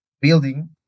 building